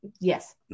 yes